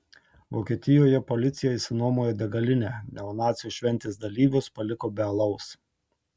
vokietijoje policija išsinuomojo degalinę neonacių šventės dalyvius paliko be alaus